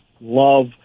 love